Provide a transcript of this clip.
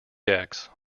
decks